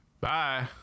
Bye